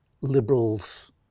liberals